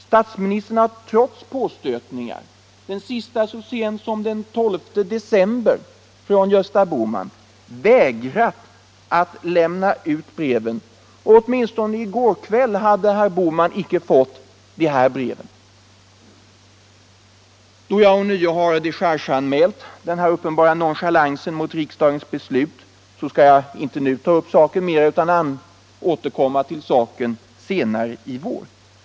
Statsministern har trots påstötningar, den sista så sent som den 12 december från Gösta Bohman, vägrat att lämna ut breven. Ännu i går kväll hade herr Bohman icke fått dessa brev. Då jag ånyo har dechargeanmält denna uppenbara nonchalans mot riksdagens beslut, skall jag inte nu ta upp saken mer utan återkomma till den senare i vår.